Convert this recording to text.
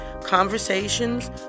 conversations